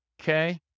okay